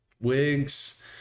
wigs